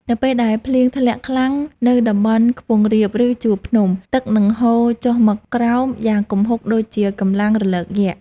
នៅពេលដែលភ្លៀងធ្លាក់ខ្លាំងនៅតំបន់ខ្ពង់រាប ឬជួរភ្នំ ទឹកនឹងហូរចុះមកក្រោមយ៉ាងគំហុកដូចជាកម្លាំងរលកយក្ស។